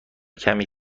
کمی